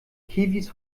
kiwis